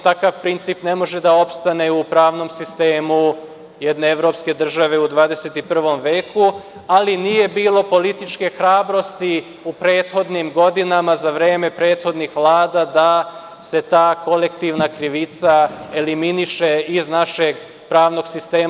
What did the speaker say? Takav princip ne može da opstane u pravnom sistemu jedne evropske države u 21. veku, ali nije bilo političke hrabrosti u prethodnim godinama za vreme prethodnih vlada da se ta kolektivna krivica eliminiše iz našeg pravnog sistema.